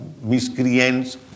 miscreants